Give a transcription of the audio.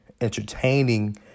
entertaining